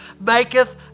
maketh